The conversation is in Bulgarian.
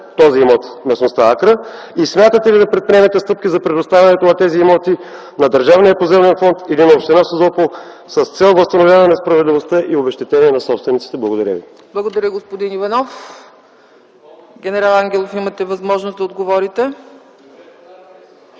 този имот в местността „Акра”? Смятате ли да предприемете стъпки за предоставянето на тези имоти на държавния поземлен фонд или на община Созопол с цел възстановяване на справедливостта и обезщетение на собствениците? Благодаря Ви. ПРЕДСЕДАТЕЛ ЦЕЦКА ЦАЧЕВА: Благодаря, господин Иванов. Генерал Ангелов, имате възможност да отговорите.